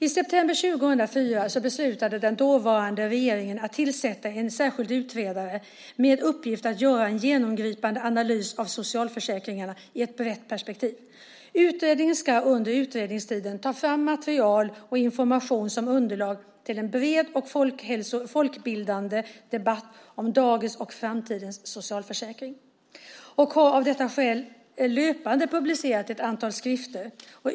I september 2004 beslutade den dåvarande regeringen att tillsätta en särskild utredare med uppgift att göra en genomgripande analys av socialförsäkringarna i ett brett perspektiv. Utredningen ska under utredningstiden ta fram material och information som underlag till en bred och folkbildande debatt om dagens och framtidens socialförsäkring och har av detta skäl löpande publicerat ett antal skrifter.